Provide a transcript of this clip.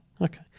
Okay